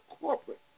corporate